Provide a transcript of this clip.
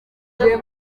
n’ubwo